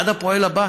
עד הפועל הבא?